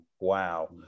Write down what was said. Wow